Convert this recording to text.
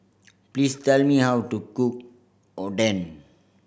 please tell me how to cook Oden